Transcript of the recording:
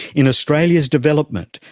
in australia's development,